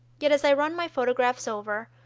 yet, as i run my photographs over,